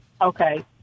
Okay